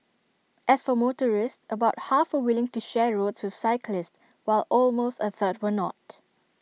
as for motorists about half were willing to share roads with cyclists while almost A third were not